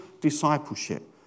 discipleship